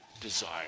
desire